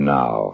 now